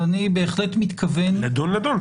ואני בהחלט מתכוון --- לדון לדון,